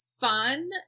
fun